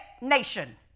nation